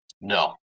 No